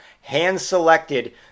hand-selected